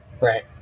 Right